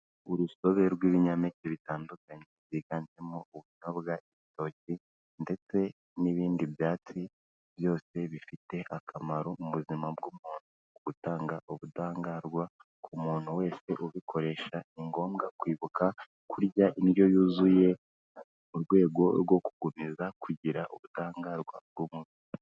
Urusobe rw'ibinyampeke bitandukanye byiganjemo ubunyobwa, ibitoki ndetse n'ibindi byatsi byose bifite akamaro mu buzima bw'umuntu mu gutanga ubudahangarwa ku muntu wese ubikoresha, ni ngombwa kwibuka kurya indyo yuzuye mu rwego rwo gukomeza kugira ubudahangarwa bw'umuntu.